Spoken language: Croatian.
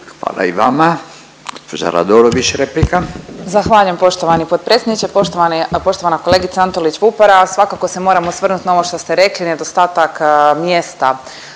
replika. **Radolović, Sanja (SDP)** Zahvaljujem poštovani potpredsjedniče, poštovana kolegice Antolić Vupora, svakako se moram osvrnut na ovo što ste rekli nedostatak mjesta